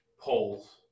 polls